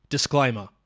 Disclaimer